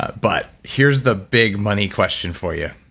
ah but here's the big money question for you.